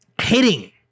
hitting